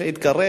שיתקרב,